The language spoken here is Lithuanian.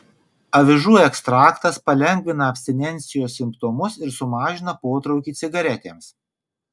avižų ekstraktas palengvina abstinencijos simptomus ir sumažina potraukį cigaretėms